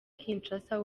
kinshasa